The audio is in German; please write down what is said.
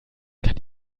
kann